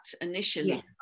initially